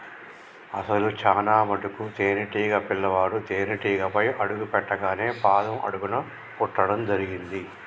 అసలు చానా మటుకు తేనీటీగ పిల్లవాడు తేనేటీగపై అడుగు పెట్టింగానే పాదం అడుగున కుట్టడం జరుగుతుంది